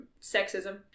sexism